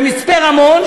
במצפה-רמון,